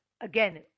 Again